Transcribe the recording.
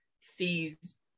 sees